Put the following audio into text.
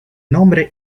nombre